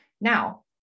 Now